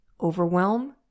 overwhelm